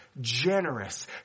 generous